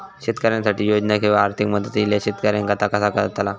शेतकऱ्यांसाठी योजना किंवा आर्थिक मदत इल्यास शेतकऱ्यांका ता कसा कळतला?